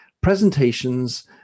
presentations